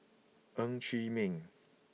Ng Chee Meng